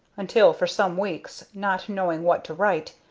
until for some weeks, not knowing what to write,